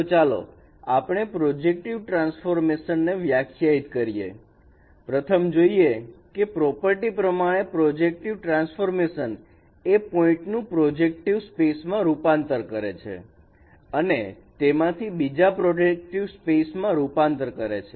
તો ચાલો આપણે પ્રોજેક્ટિવ ટ્રાન્સફોર્મેશન ને વ્યાખ્યાયિત કરીએ પ્રથમ જોઈએ કે આ પ્રોપર્ટી પ્રમાણે પ્રોજેક્ટિવ ટ્રાન્સફોર્મેશન એ પોઈન્ટનું પ્રોજેક્ટિવ સ્પેસ માં રૂપાંતર કરે છે અને તેમાંથી બીજા પ્રોજેક્ટિવ સ્પેસ માં રૂપાંતર કરે છે